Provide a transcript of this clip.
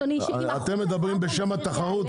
אדוני --- אתם מדברים בשם התחרות,